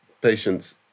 patients